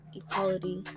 equality